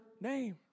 name